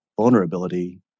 vulnerability